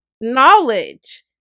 knowledge